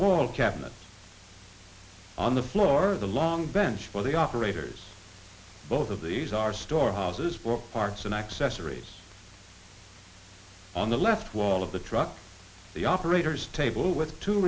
of cabinets on the floor of the long bench for the operators both of these are storehouses for parts and accessories on the left wall of the truck the operators table with two